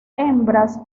hembras